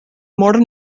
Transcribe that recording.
modern